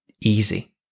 easy